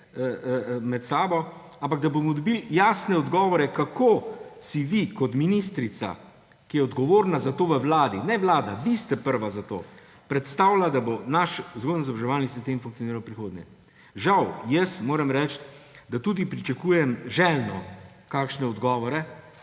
naprej, ampak da bomo dobili jasne odgovore, kako si vi kot ministrica, ki je odgovorna za to v vladi − ne vlada, vi ste prvi odgovorni za to −, predstavljate, da bo naš vzgojno-izobraževalni sistem funkcioniral v prihodnje. Žal, jaz moram reči, da tudi željno pričakujem kakšne odgovore,